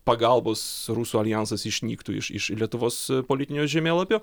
pagalbos rusų aljansas išnyktų iš iš lietuvos politinio žemėlapio